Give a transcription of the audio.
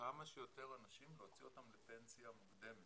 כמה שיותר אנשים להוציא לפנסיה מוקדמת.